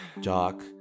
jock